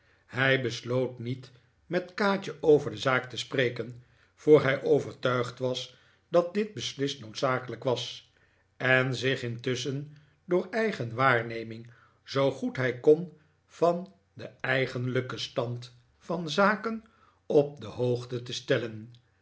hij besloot niet met kaatje over de zaak te spreken voor hij overtuigd was dat dit beslist noodzakelijk was en zich intusschen door eigen waarneming zoo goed hij kon van den eigenlijken stand van zaken op de hoogte te stellen